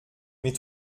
mais